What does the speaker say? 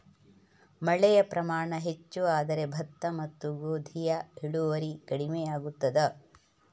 ಮಳೆಯ ಪ್ರಮಾಣ ಹೆಚ್ಚು ಆದರೆ ಭತ್ತ ಮತ್ತು ಗೋಧಿಯ ಇಳುವರಿ ಕಡಿಮೆ ಆಗುತ್ತದಾ?